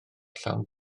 llawn